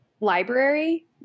library